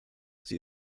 sie